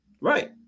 Right